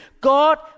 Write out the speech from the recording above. God